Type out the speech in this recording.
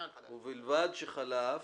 "....ובלבד שחלף